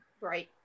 Right